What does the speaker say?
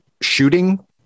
shooting